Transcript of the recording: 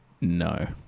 No